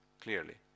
clearly